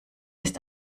ist